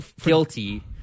guilty